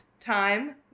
time